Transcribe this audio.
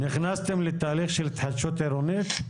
נכנסתם לתהליך של התחדשות עירונית?